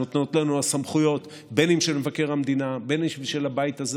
שנותנות לנו הסמכויות בין אם של מבקר המדינה ובין אם של הבית הזה,